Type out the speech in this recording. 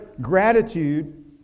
gratitude